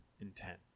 intent